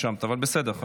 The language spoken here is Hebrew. נתקבלה.